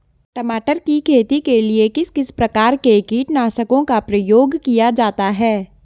टमाटर की खेती के लिए किस किस प्रकार के कीटनाशकों का प्रयोग किया जाता है?